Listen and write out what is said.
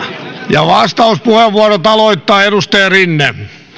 ja vastauspuheenvuorot aloittaa edustaja rinne